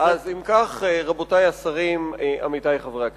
אז אם כך, רבותי השרים, עמיתי חברי הכנסת,